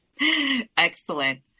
Excellent